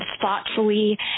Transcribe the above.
thoughtfully